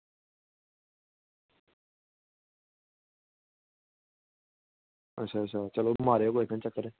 अच्छा अच्छा मारेओ कुसै दिन चक्कर